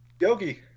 Yogi